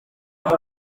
muri